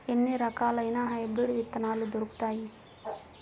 ఎన్ని రకాలయిన హైబ్రిడ్ విత్తనాలు దొరుకుతాయి?